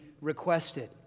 requested